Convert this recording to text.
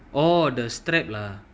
oh the strap lah